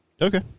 Okay